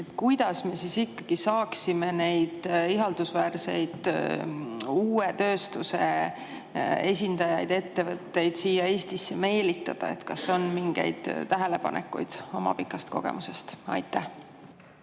Kuidas me ikkagi saaksime neid ihaldusväärseid uut tööstust esindavaid ettevõtteid siia Eestisse meelitada? Kas teil on mingeid tähelepanekuid oma pikast kogemusest? Aitäh,